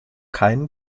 keinen